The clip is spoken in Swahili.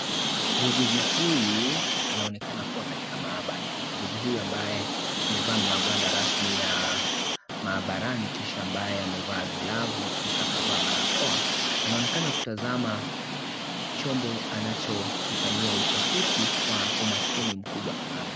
Muuguzi huyu anaonekana kuwa katika maabara ,muuguzi huyu ambaye amevaa magwanda rasmi ya maabarini kisha amabye amevaa glavu kisha akavaa barakoa anaonekana kutazama chombo anachokifanyia utafiti kwa umakini mkubwa sana .